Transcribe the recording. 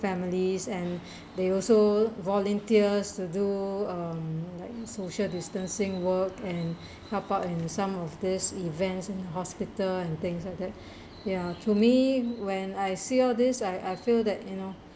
families and they also volunteers to do um like social distancing work and help out in some of these events and hospital and things like that ya to me when I see all this I I feel that you know